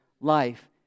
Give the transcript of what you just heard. life